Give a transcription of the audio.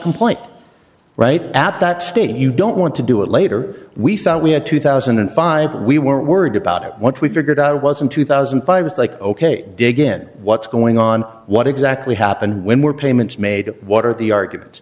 complaint right at that state and you don't want to do it later we thought we had two thousand and five we were worried about what we figured out was in two thousand and five it's like ok dig in what's going on what exactly happened when we're payments made what are the argument